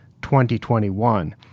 2021